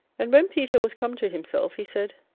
and when peter was come to himself, he said,